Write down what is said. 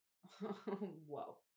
Whoa